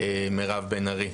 מירב בן ארי.